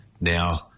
now